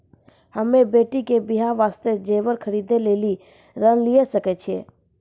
हम्मे बेटी के बियाह वास्ते जेबर खरीदे लेली ऋण लिये सकय छियै?